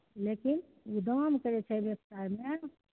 लेकिन दामके जे छै व्यवसायमे